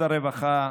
בר סמכא,